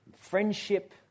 friendship